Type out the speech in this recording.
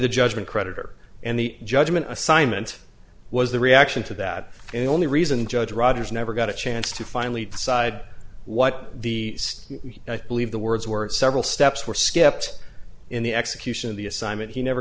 the judgment creditor and the judgment assignment was the reaction to that only reason judge rogers never got a chance to finally decide what the i believe the words were several steps were skipped in the execution of the assignment he never